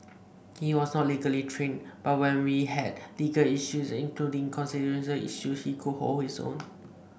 he was not legally trained but when we had legal issues including constitutional issues he could hold his own